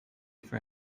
for